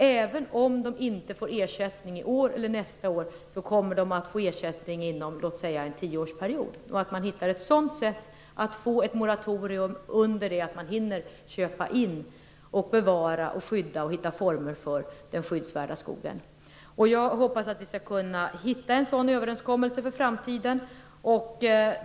Även om de inte får ersättning i år eller nästa år, kommer de att få ersättning inom en tioårsperiod. Jag tror att vi måste försöka få ett moratorium så att man hinner köpa in och hitta former för att bevara och skydda den skyddsvärda skogen. Jag hoppas att vi skall kunna hitta en sådan överenskommelse för framtiden.